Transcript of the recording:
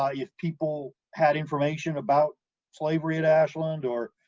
ah if people had information about slavery at ashland, or